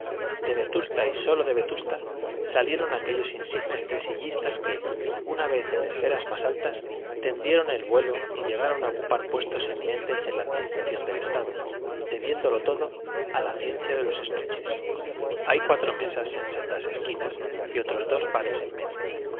de vetusta y sólo de vetusta salieron aquellos insignes tresillistas que una vez en esferas más altas tendieron el vuelo y llegaron a ocupar puestos eminentes en la administración del estado debiéndolo todo a la ciencia de los estuches hay cuatro mesas en sendas esquinas y otros dos pares en medio